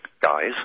guys